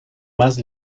más